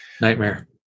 Nightmare